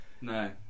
No